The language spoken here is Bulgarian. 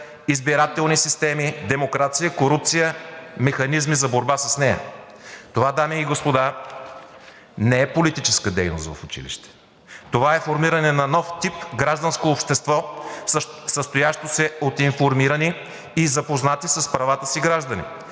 избирателни системи, демокрация, корупция, механизми за борба с нея. Това, дами и господа, не е политическа дейност в училище. Това е формиране на нов тип гражданско общество, състоящо се от информирани и запознати с правата си граждани,